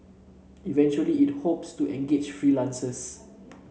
eventually it hopes to engage freelancers